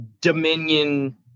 Dominion